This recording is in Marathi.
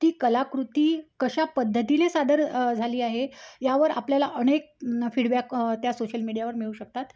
ती कलाकृती कशा पद्धतीने सादर झाली आहे यावर आपल्याला अनेक फीडबॅक त्या सोशल मीडियावर मिळू शकतात